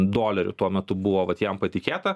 dolerių tuo metu buvo vat jam patikėta